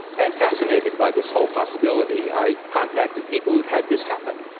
and, fascinated by this whole possibility, i contacted people who'd had this happened.